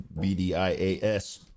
B-D-I-A-S